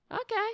Okay